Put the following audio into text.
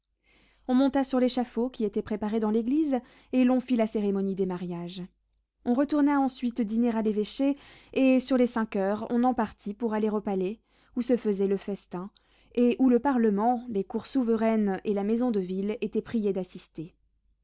on monta sur l'échafaud qui était préparé dans l'église et l'on fit la cérémonie des mariages on retourna ensuite dîner à l'évêché et sur les cinq heures on en partit pour aller au palais où se faisait le festin et où le parlement les cours souveraines et la maison de ville étaient priés d'assister